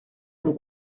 mon